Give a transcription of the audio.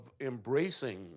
embracing